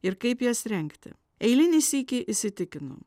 ir kaip jas rengti eilinį sykį įsitikinau